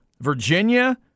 Virginia